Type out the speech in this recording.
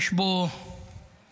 יש בו הצלחות,